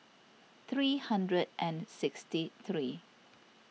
three hundred and sixty three